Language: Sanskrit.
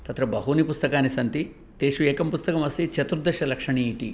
तत्र बहूनि पुस्तकानि सन्ति तेषु एकं पुस्तकमस्ति चतुर्दशलक्षणी इति